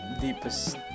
deepest